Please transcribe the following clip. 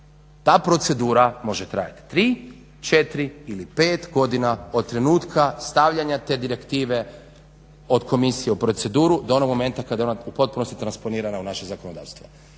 Ta procedura može trajati 3, 4 ili 5 godina od trenutka stavljanja te direktive od komisije u proceduru do onog momenta kada je ona u potpunosti transponirana u naše zakonodavstvo.